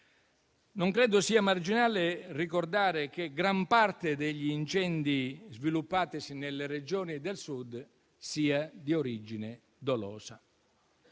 Non credo sia marginale ricordare che gran parte degli incendi sviluppatesi nelle Regioni del Sud sia di origine dolosa;